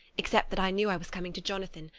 except that i knew i was coming to jonathan,